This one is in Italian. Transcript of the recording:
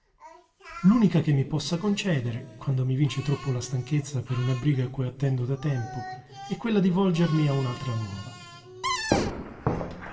l'unica che mi possa concedere quando mi vince troppo la stanchezza per una briga a cui attendo da tempo è quella di volgermi a un'altra nuova